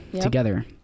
together